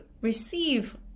receive